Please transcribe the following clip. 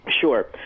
Sure